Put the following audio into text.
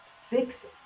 Six